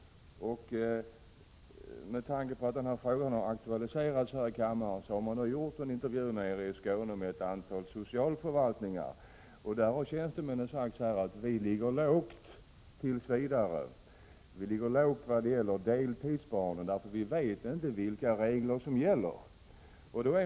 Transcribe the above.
Med tanke på att denna fråga har aktualiserats här i kammaren har man i Skåne gjort intervjuer på ett antal socialförvaltningar. Tjänstemännen har då sagt att de tills vidare ligger lågt vad gäller deltidsbarnen, eftersom de inte vet vilka regler som gäller.